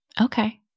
Okay